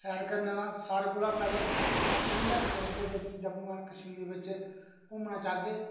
सैर करने दा सारें कोला पैह्लें अस अपनी गै स्टेट दे बिच जम्मू एंड कशमीर बिच घूमना चाह्गे